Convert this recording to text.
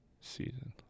season